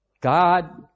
God